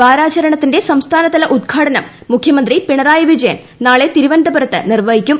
വാരാചരണത്തിന്റെ സംസ്ഥാനതല ഉദ്ഘാടനം മുഖ്യമന്ത്രി പിണറായി വിജയൻ നാളെ തിരുവനന്തപുരത്ത് നിർവ്വഹിക്കും